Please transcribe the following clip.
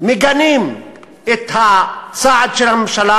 מגנים את הצעד של הממשלה.